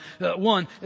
One